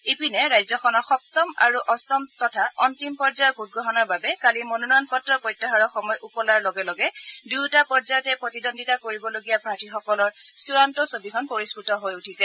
ইপিনে ৰাজ্যখনৰ সপ্তম আৰু অষ্টম তথা অন্তিম পৰ্য্যায়ৰ ভোটগ্ৰহণৰ বাবে কালি মনোনয়ন পত্ৰ প্ৰত্যাহাৰৰ সময় উকলাৰ লগে লগে দুয়োটা পৰ্য্যায়তে প্ৰতিদ্বন্দ্বিতা কৰিবলগীয়া প্ৰাৰ্থীসকলৰ চুড়ান্ত ছবিখন পৰিস্ফুট হৈ উঠিছে